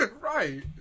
Right